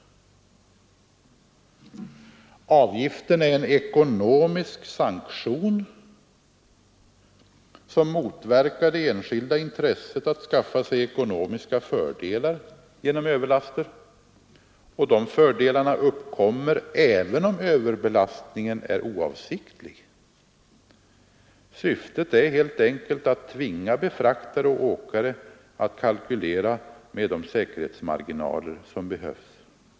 Avgiften är en ekonomisk sanktion, som motverkar det enskilda intresset av att skaffa sig ekonomiska fördelar genom överlaster. Och de fördelarna uppkommer även om Ööverlastningen är oavsiktlig. Syftet är helt enkelt att tvinga befraktare och åkare att kalkylera med de säkerhetsmarginaler som behövs.